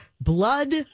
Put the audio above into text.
blood